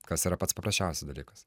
kas yra pats paprasčiausias dalykas